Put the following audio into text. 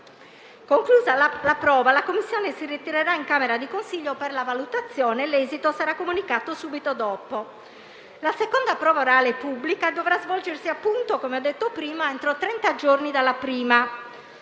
Conclusa la prova, la commissione si ritirerà in Camera di consiglio per la valutazione e l'esito sarà comunicato subito dopo. La seconda prova orale pubblica dovrà svolgersi, come ho detto prima, entro trenta giorni dalla prima